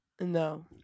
No